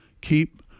keep